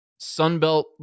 sunbelt